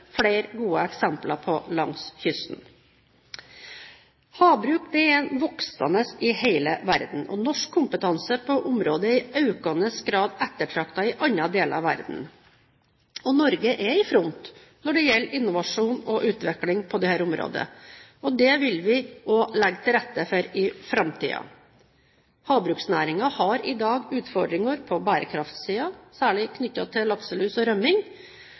flere gode eksempler på langs kysten. Havbruk er voksende i hele verden, og norsk kompetanse på området er i økende grad ettertraktet i andre deler av verden. Norge er i front når det gjelder innovasjon og utvikling på dette området, og det vil vi også legge til rette for i framtiden. Havbruksnæringen har i dag utfordringer på bærekraftsiden, særlig knyttet til lakselus og rømming.